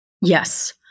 Yes